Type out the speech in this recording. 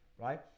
right